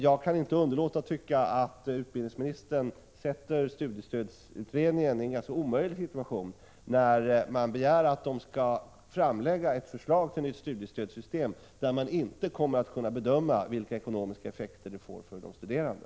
Jag kan inte underlåta att tycka att utbildningsministern sätter studiestödsutredningen i en närmast omöjlig situation, när man begär att den skall framlägga förslag till ett nytt studiestödssystem, där man inte kommer att kunna bedöma vilka ekonomiska effekter det får för de studerande.